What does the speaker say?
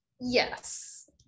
Yes